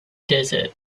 desert